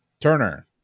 Turner